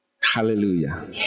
Hallelujah